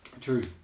true